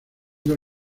del